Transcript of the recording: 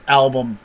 album